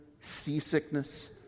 seasickness